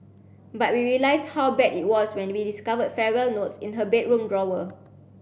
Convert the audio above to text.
but we realised how bad it was when we discovered farewell notes in her bedroom drawer